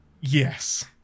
yes